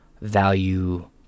value